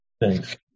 Thanks